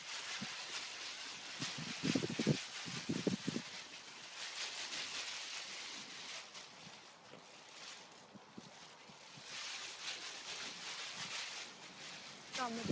कम्म